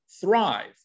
thrive